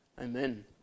Amen